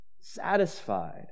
satisfied